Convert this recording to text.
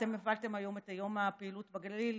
אתן הפעלתן היום את יום הפעילות בגליל,